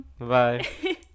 -bye